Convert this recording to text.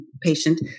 patient